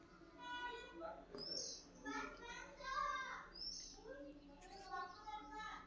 ಎಪ್ಪತ್ತು ಪರಸೆಂಟ್ ದಾಗ ಒಂದ ಪರಸೆಂಟ್ ಕಿಂತ ಕಡಮಿ ಶುದ್ದ ಕುಡಿಯು ನೇರ ಐತಿ